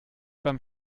beim